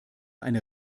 eine